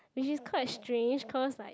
which is quite strange cause like